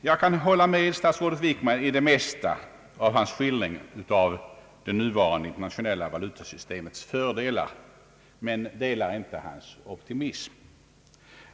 Jag kan hålla med statsrådet Wickman i det mesta av hans skildring av det nuvarande internationella valutasystemets fördelar, men jag delar inte hans optimism.